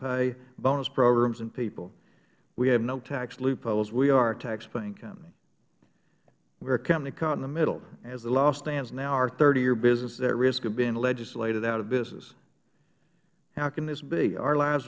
pay bonus programs and people we have no tax loopholes we are a tax paying company we are a company caught in the middle as the law stands now our thirty year business is at risk of being legislated out of business how can this be our lives